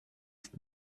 ist